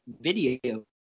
video